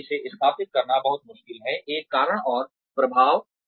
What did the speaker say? और इसे स्थापित करना बहुत मुश्किल है एक कारण और प्रभाव